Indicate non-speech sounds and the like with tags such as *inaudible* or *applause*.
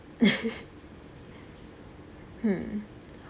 *laughs* hmm